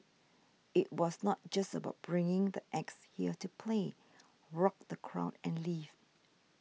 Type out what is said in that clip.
it was not just about bringing the acts here to play rock the crowd and leave